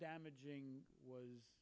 damaging was